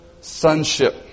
sonship